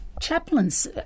chaplains